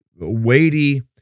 weighty